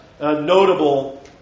notable